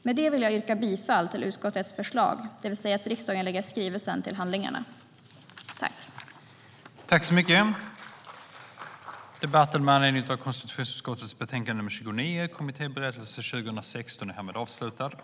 Med det vill jag yrka bifall till utskottets förslag, det vill säga att riksdagen lägger skrivelsen till handlingarna och avslår motionsyrkandet.